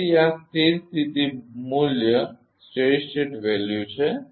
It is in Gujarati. તેથી આ સ્થિર સ્થિતી મૂલ્ય છે